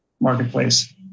marketplace